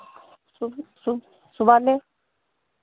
सुबह सुबह सुबह ले